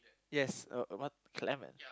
yes uh what Clement